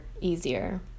easier